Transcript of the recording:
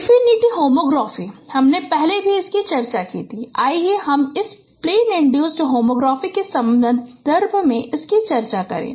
infinity homography हमने पहले भी चर्चा की थी और आइए हम इस प्लेन इन्ड्यूसड होमोग्राफी के संदर्भ में चर्चा करें